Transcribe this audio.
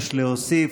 יש להוסיף: